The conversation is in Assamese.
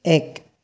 এক